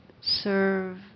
serve